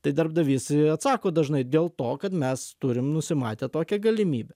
tai darbdavys atsako dažnai dėl to kad mes turim nusimatę tokią galimybę